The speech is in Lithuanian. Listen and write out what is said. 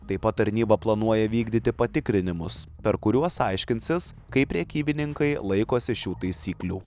taip pat tarnyba planuoja vykdyti patikrinimus per kuriuos aiškinsis kaip prekybininkai laikosi šių taisyklių